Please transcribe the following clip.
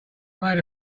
made